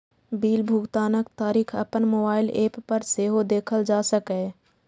bill भुगतानक तारीख अपन मोबाइल एप पर सेहो देखल जा सकैए